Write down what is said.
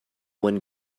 one